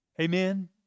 Amen